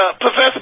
Professor